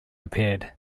appeared